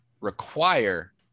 require